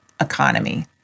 Economy